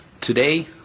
Today